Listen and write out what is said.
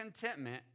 contentment